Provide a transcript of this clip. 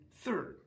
third